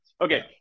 Okay